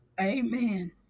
amen